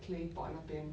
claypot 那边